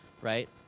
right